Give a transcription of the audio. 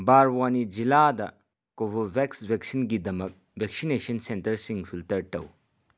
ꯕꯔꯋꯥꯅꯤ ꯖꯤꯂꯥꯗ ꯀꯣꯕꯣꯚꯦꯛꯁ ꯚꯦꯛꯁꯤꯟꯒꯤꯗꯃꯛ ꯚꯦꯛꯁꯤꯅꯦꯁꯟ ꯁꯟꯇꯔꯁꯤꯡ ꯐꯤꯜꯇꯔ ꯇꯧ